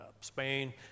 Spain